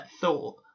thought